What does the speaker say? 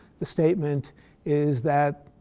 the statement is that,